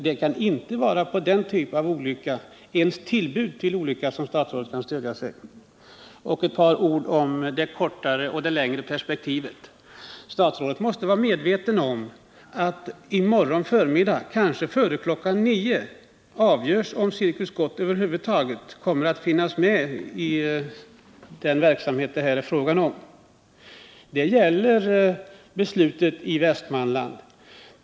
Det kan inte vara på den typen av olycka, eller ens tillbud till sådan olycka, som statsrådet kan stödja sig. Ett par ord om det kortare och det längre perspektivet. Statsrådet måste vara medveten om att i morgon förmiddag, kanske före kl. 9, avgörs om Cirkus Scott över huvud taget kommer att finnas med i den verksamhet det här är fråga om. Jag avser här beslutet i Västranland.